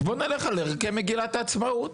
אז בוא נלך על ערכי מגילת העצמאות.